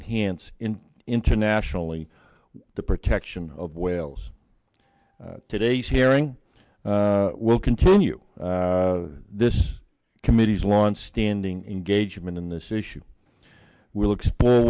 enhance in internationally the protection of whales today's hearing will continue this committee's launch standing engagement in this issue will explore